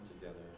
together